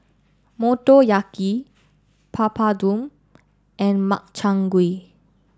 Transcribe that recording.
Motoyaki Papadum and Makchang Gui